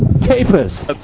tapers